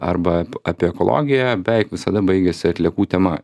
arba apie ekologiją beveik visada baigiasi atliekų tema